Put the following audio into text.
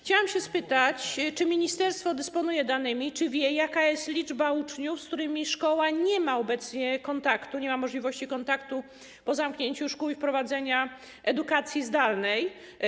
Chciałam spytać, czy ministerstwo dysponuje danymi, czy wie, jaka jest liczba uczniów, z którymi szkoła nie ma obecnie kontaktu, z którymi nie ma możliwości kontaktu po zamknięciu szkół i wprowadzeniu edukacji zdalnej.